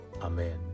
Amen